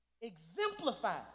exemplified